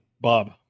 Bob